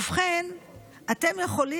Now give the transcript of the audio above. ובכן,